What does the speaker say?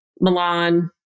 Milan